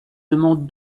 demande